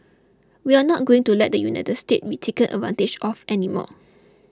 we are not going to let the United States be taken advantage of any more